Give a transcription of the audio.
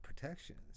protections